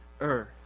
earth